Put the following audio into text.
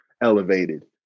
elevated